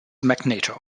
magneto